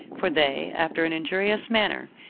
for they, after an injurious manner,